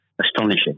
astonishing